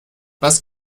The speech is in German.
was